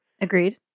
agreed